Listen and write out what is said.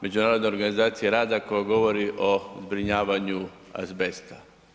Međunarodne organizacije rada koja govori o zbrinjavanju azbesta.